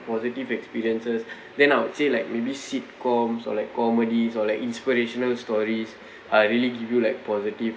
positive experiences then I would say like maybe sitcoms are like comedies or like inspirational stories are really give you like positive